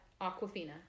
Aquafina